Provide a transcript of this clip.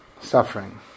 suffering